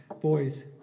boys